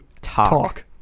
talk